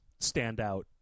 standout